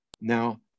Now